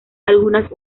algunas